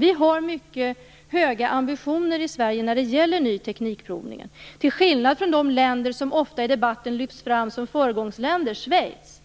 Vi har mycket höga ambitioner i Sverige när det gäller utprovning av ny teknik, till skillnad från de länder som ofta i debatten lyfts fram som föregångsländer, t.ex. Schweiz,